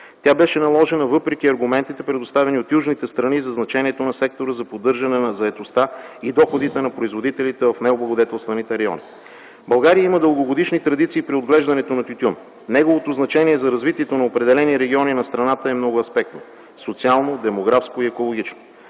Тя беше наложена, въпреки аргументите, предоставени от другите страни за значението на сектора за поддържане на заетостта и доходите на производителите в необлагодетелстваните райони. България има дългогодишни традиции при отглеждането на тютюн. Неговото значение за развитието на определени региони на страната е многоаспектно – социално, демографско и екологично.